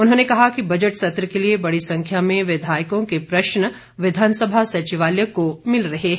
उन्होंने कहा कि बजट सत्र के लिए बडी संख्या में विधायकों के प्रश्न विधानसभा सचिवालय को मिल रहे हैं